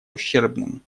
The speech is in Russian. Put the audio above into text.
ущербным